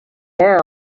now